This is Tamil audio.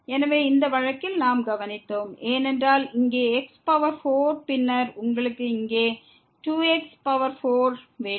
எனவே இந்த வழக்கில் நாம் கவனித்தோம் ஏனென்றால் இங்கே x பவர் 4 பின்னர் உங்களுக்கு இங்கே 2 x பவர் 4 வேண்டும்